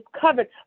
covered